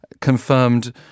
confirmed